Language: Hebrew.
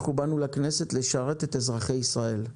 אנחנו באנו לכנסת לשרת את אזרחי ישראל.